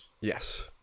Yes